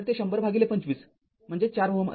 तरते १००२५ म्हणजे ४ Ω